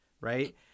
Right